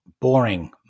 boring